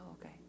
okay